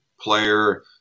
player